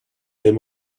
him